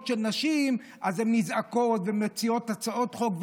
של נשים הן נזעקות ומציעות הצעות חוק,